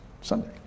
Sunday